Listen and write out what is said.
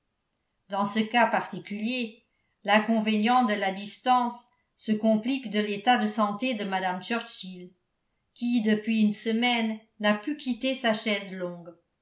dans ce cas particulier l'inconvénient de la distance se complique de l'état de santé de mme churchill qui depuis une semaine n'a pu quitter sa chaise longue